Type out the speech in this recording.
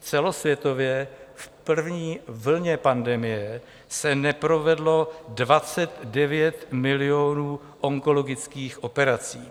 Celosvětově v první vlně pandemie se neprovedlo 29 milionů onkologických operací.